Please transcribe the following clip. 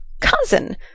Cousin